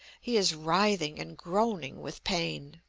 he is writhing and groaning with pain.